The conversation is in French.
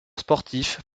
sportif